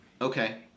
Okay